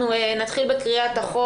אנחנו נתחיל בקריאת החוק